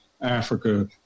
Africa